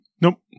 Nope